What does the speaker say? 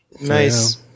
Nice